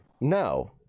No